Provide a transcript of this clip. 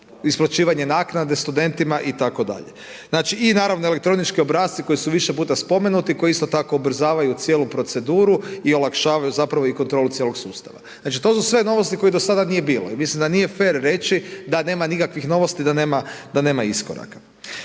isplaćivanje naknade studentima itd. Znači naravno i elektronički obrasci koji su više puta spomenuti i koji isto tako ubrzavaju cijelu proceduru i olakšavaju zapravo i kontrolu cijelog sustava. Znači to su sve novosti kojih do sada nije bilo i mislim da nije fer reći da nema nikakvih novosti i da nema iskoraka.